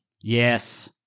Yes